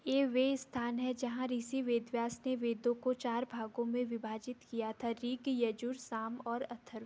यह वह स्थान है जहाँ ऋषि वेदव्यास ने वेदों को चार भागों में विभाजित किया था ऋग यजुर साम और अथर्व